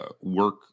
work